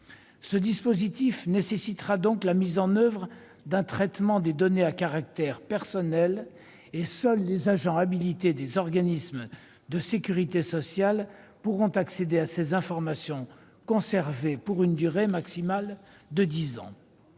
Ce dispositif nécessitera la mise en oeuvre d'un traitement des données à caractère personnel, et seuls les agents habilités des organismes de sécurité sociale pourront accéder à ces informations, conservées pour une durée maximale de dix ans.